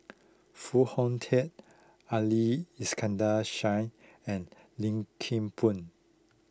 Foo Hong Tatt Ali Iskandar Shah and Lim Kim Boon